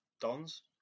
Dons